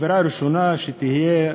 העבירה הראשונה שתהיה,